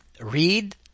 Read